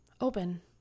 open